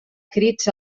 crits